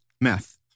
Meth